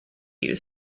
you